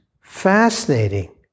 fascinating